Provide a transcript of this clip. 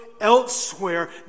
elsewhere